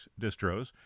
distros